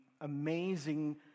amazing